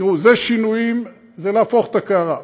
תראו, אלה שינויים, זה להפוך את הקערה.